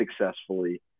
successfully